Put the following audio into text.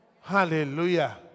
Hallelujah